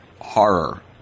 horror